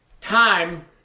Time